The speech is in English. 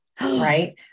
Right